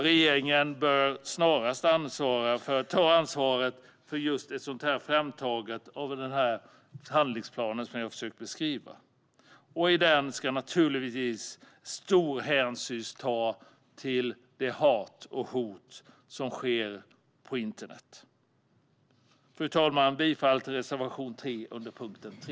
Regeringen bör snarast ta ansvar och ta fram en sådan handlingsplan som jag har försökt beskriva. I den ska naturligtvis stor hänsyn tas till det hat och de hot som sker på internet. Fru talman! Jag yrkar bifall till reservation 3 under punkt 3.